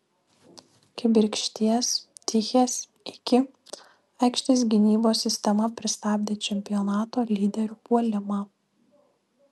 kibirkšties tichės iki aikštės gynybos sistema pristabdė čempionato lyderių puolimą